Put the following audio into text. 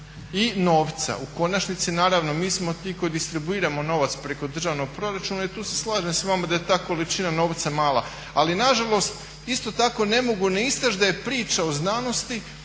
i novca. U konačnici naravno mi smo ti koji distribuiramo novac preko državnog proračuna i tu se slažem s vama da je ta količina novaca mala. Ali nažalost isto tako ne mogu ne istaći da je priča o znanosti